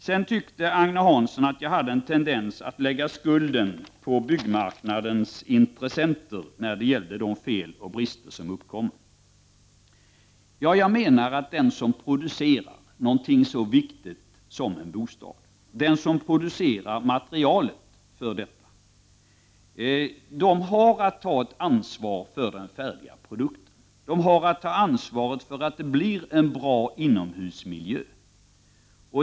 Sedan tyckte Agne Hansson att jag hade en tendens att lägga skulden på byggmarknadens intressenter i fråga om de fel och brister som uppkommer. Vad jag menar är att de som producerar någonting så viktigt som en bostad, de som producerar materialet för denna, också har att ta ett ansvar för den färdiga produkten. De har att ta ett ansvar för att det blir en bra inomhusmiljö.